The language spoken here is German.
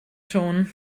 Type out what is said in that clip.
schon